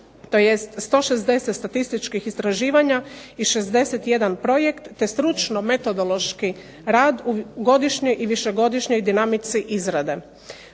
tj. 160 statističkih istraživanja i 61 projekt te stručno-metodološki rad u godišnjoj i višegodišnjoj dinamici izrade.